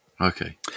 okay